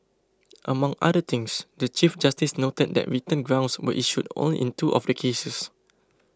among other things the Chief Justice noted that written grounds were issued only in two of the cases